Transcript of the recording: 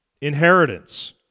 inheritance